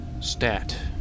stat